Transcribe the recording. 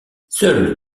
seul